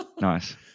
Nice